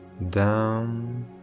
Down